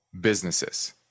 businesses